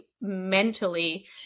mentally